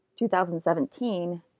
2017